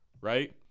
Right